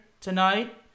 tonight